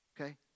Okay